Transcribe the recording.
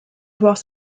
was